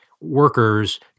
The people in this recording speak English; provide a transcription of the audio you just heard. workers